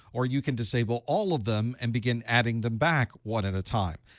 or you can disable all of them and begin adding them back one at a time.